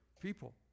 people